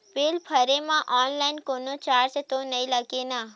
Bill भरे मा online कोनो चार्ज तो नई लागे ना?